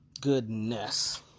Goodness